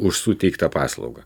už suteiktą paslaugą